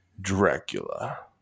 Dracula